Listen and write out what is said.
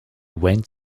went